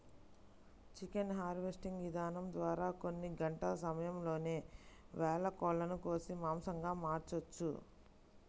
chicken harvesting ఇదానం ద్వారా కొన్ని గంటల సమయంలోనే వేల కోళ్ళను కోసి మాంసంగా మార్చొచ్చు